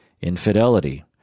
infidelity